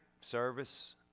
service